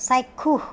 চাক্ষুষ